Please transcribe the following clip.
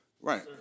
Right